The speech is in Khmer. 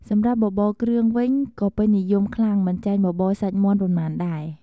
សម្រាប់បបរគ្រឿងវិញ ក៏ពេញនិយមខ្លាំងមិនចាញ់បបរសាច់មាន់ប៉ុន្មានដែរ។